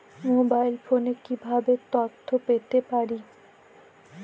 Mobile ফোনে কিভাবে তথ্য পেতে পারি?